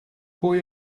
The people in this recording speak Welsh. pwy